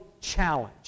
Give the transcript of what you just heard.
Challenge